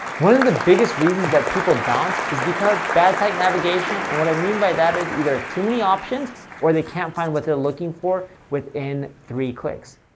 one of the biggest reasons that people bounce is because bad site navigation, and what i mean by that is either too many options or they can't find what they're looking for within three clicks.